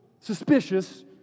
suspicious